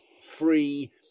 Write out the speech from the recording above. free